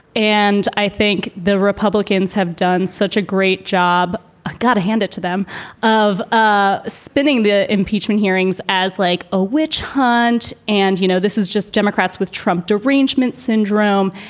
and i think the republicans have done such a great job. i gotta hand it to them of ah spinning the impeachment hearings as like a witch hunt. and, you know, this is just democrats with trump derangement syndrome.